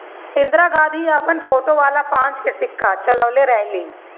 इंदिरा गांधी अपन फोटो वाला पांच के सिक्का चलवले रहली